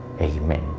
Amen